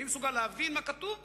מי מסוגל להבין מה כתוב בהם?